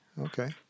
Okay